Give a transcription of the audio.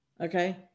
Okay